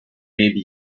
maybe